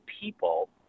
people